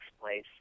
place